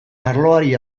arloari